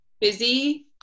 busy